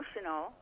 emotional